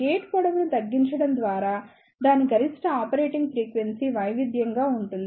gate పొడవు ను తగ్గించడం ద్వారా దాని గరిష్ట ఆపరేటింగ్ ఫ్రీక్వెన్సీ వైవిధ్యంగా ఉంటుంది